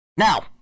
Now